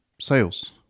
sales